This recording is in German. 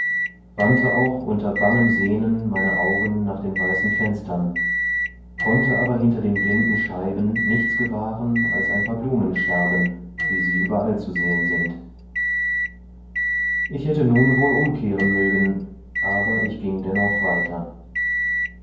wandte auch unter bangem sehnen meine augen nach den weißen fenstern konnte aber hinter den blinden scheiben nichts gewahren als ein paar blumenscherben wie sie überall zu sehen sind ich hätte nun wohl umkehren mögen aber ich ging dennoch weiter